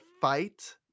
fight